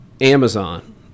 Amazon